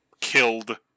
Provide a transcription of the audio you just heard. killed